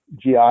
GI